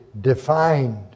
defined